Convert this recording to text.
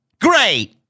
Great